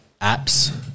apps